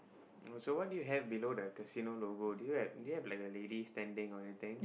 so what did you below the casino logo do you have did you have like a lady standing or anything